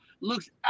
looks